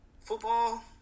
football